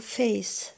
face